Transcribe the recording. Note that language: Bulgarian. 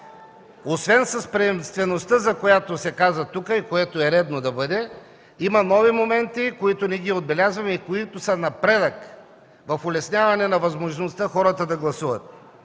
освен с приемствеността, за която се каза тук и което е редно да бъде, има нови моменти, които не ги отбелязваме и които са напредък в улесняване на възможността хората да гласуват.